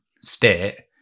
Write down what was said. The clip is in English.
state